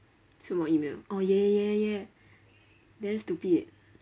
什么 email orh ya ya ya ya damn stupid